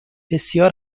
بسیار